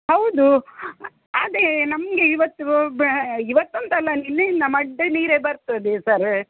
ಹೌದು ಅದೇ ನಮಗೆ ಇವತ್ತು ಬೆ ಇವತ್ತು ಅಂತಲ್ಲ ನಿನ್ನೆಯಿಂದ ಮಡ್ಡ್ ನೀರೇ ಬರ್ತದೆ ಸರ್